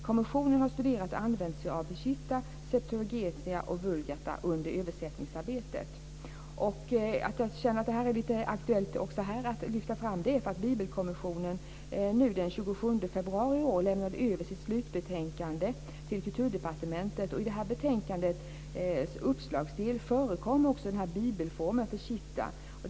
Kommissionen har studerat och använt sig av Peshitta, Septuaginta och Vulgata under översättningsarbetet. Att jag känner att det är aktuellt att också här lyfta fram detta är för att Bibelkommissionen den 27 februari i år lämnade över sitt slutbetänkande till Kulturdepartementet. I betänkandets uppslagsdel nämns bibelformen Peshitta.